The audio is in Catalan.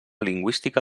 lingüística